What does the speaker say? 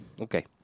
Okay